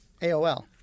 AOL